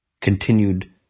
continued